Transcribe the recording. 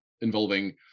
involving